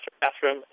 bathroom